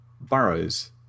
burrows